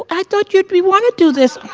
i thought you'd, we want to do this